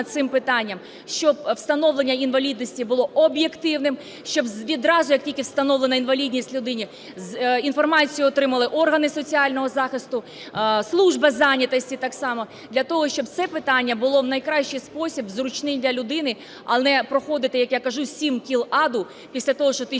цим питанням, щоб встановлення інвалідності було об'єктивним, щоб відразу, як тільки встановлена інвалідність людині, інформацію отримали органи соціального захисту, служба зайнятості так само, для того щоб це питання було в найкращий спосіб, зручний для людини, а не проходити, як я кажу, сім кіл аду після того, що ти